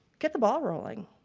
get the ball rolling,